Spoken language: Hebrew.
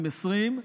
2020,